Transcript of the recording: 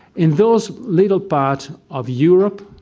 in those little part of europe,